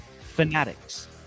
Fanatics